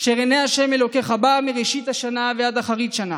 אשר "עיני ה' אלוקיך בה מרשית השנה ועד אחרית שנה".